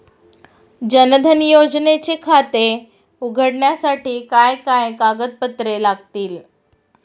जनधन योजनेचे खाते उघडण्यासाठी काय काय कागदपत्रे लागतील?